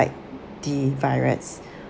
fight the virus